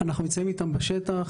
אתם בשטח.